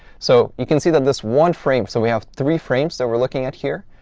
so you can see that this one frame so we have three frames that we're looking at here.